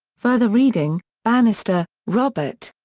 further reading bannister, robert.